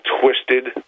twisted